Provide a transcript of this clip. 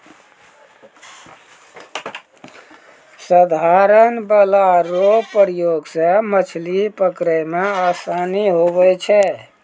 साधारण भाला रो प्रयोग से मछली पकड़ै मे आसानी हुवै छै